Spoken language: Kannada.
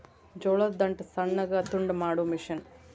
ಜೋಳದ ದಂಟ ಸಣ್ಣಗ ತುಂಡ ಮಾಡು ಮಿಷನ್